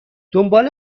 دنبال